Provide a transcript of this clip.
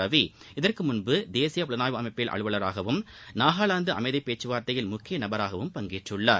ரவி இதற்கு முன்பு தேசிய புலனாய்வு அமைப்பில் அலுவலராகவும் நாகாலாந்து அமைதிப் பேச்சுவார்த்தையில் முக்கிய நபராகவும் பங்கேற்றுள்ளார்